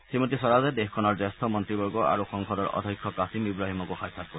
শ্ৰীমতী স্বৰাজে দেশখনৰ জ্যেষ্ঠ মন্ত্ৰীবৰ্গ আৰু সংসদৰ অধ্যক্ষ কাছিম ইব্ৰাহিমকো সাক্ষাৎ কৰে